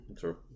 true